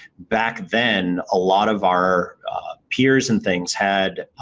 back then, a lot of our peers and things had